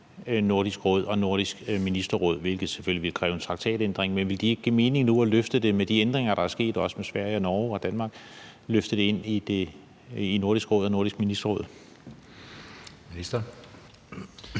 Nordisk Råd og Nordisk Ministerråd, hvilket selvfølgelig ville kræve en traktatændring. Ville det ikke give mening nu med de ændringer, der er sket, også med Sverige, Norge og Danmark, at løfte det ind i Nordisk Råd og Nordisk Ministerråd?